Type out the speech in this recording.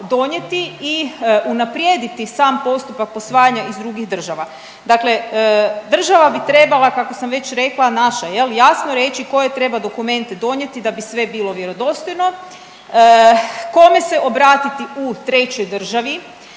donijeti i unaprijediti sam postupak posvajanja iz drugih država. Dakle država bi trebala kako sam već rekla naša jel jasno reći koje treba dokumente donijeti da bi sve bilo vjerodostojno, kome se obratiti u trećoj državi.